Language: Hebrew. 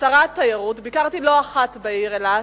שכשרת תיירות ביקרתי לא אחת בעיר אילת,